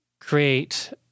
create